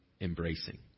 embracing